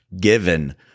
given